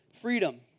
Freedom